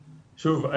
שוב,